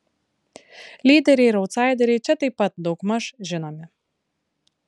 lyderiai ir autsaideriai čia taip pat daugmaž žinomi